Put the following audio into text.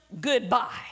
goodbye